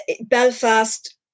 Belfast